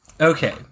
Okay